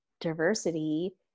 diversity